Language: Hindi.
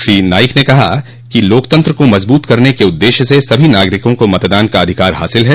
श्री नाईक ने कहा कि लोकतंत्र को मज़बूत करने के उद्देश्य से सभी नागरिकों को मतदान का अधिकार हासिल है